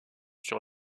sur